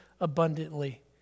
abundantly